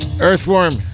earthworm